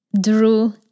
drew